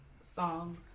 song